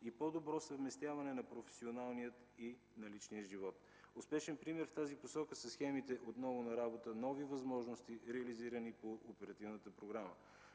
и по-добро съвместяване на професионалния и на личния живот. Успешен пример в тази посока са схемите „Отново на работа” и „Нови възможности”, реализирани по оперативната програма.